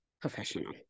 professional